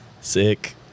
Sick